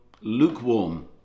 lukewarm